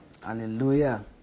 Hallelujah